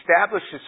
establishes